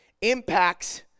impacts